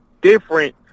different